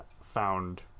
found